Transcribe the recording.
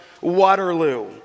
Waterloo